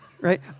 right